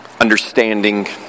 understanding